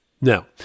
Now